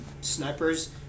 snipers